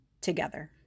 together